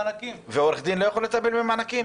ועורך דין לא יכול לטפל במענקים?